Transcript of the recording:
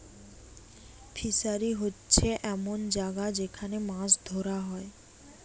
fishery হোচ্ছে এমন জাগা যেখান মাছ ধোরা হয়